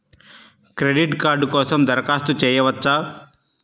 Credit card కోసం దరఖాస్తు చేయవచ్చా?